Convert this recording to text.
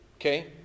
Okay